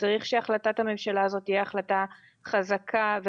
החלטת הממשלה צריכה להיות החלטה חזקה,